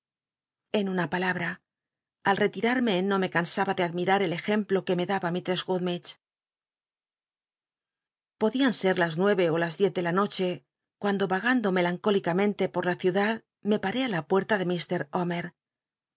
en una palabra al rcliarme no me cansaba de admirar el ejemplo que me daba mistress gummidgc podían ser las nue e ó las diez de la noche cuando vagando melancólicamente por la ciudad me paré á la pucrta de